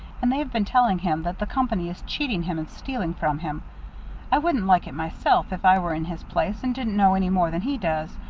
and they've been telling him that the company is cheating him and stealing from him i wouldn't like it myself, if i were in his place and didn't know any more than he does.